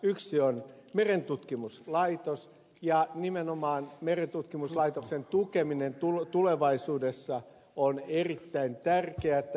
yksi on merentutkimuslaitos ja nimenomaan merentutkimuslaitoksen tukeminen tulevaisuudessa on erittäin tärkeätä